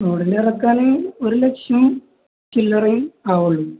റോഡിലറക്കാന്ും ഒരു ലക്ഷ്യം കില്ലറയും ആവള്ളൂ